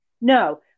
no